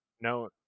no